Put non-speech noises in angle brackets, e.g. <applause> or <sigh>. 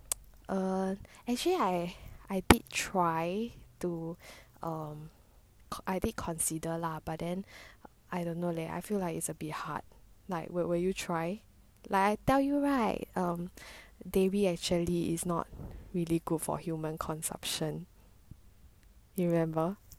<noise> err actually I did try to um I did consider lah but then I don't know leh I feel like is a bit hard like will you try like I tell you right um dairy actually is not really good for human consumption you remember